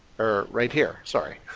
or right here, sorry.